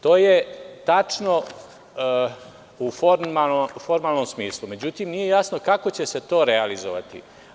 To je tačno u formalnom smislu, međutim, nije jasno kako će se to realizovati.